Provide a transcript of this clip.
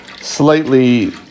slightly